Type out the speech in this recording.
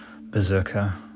berserker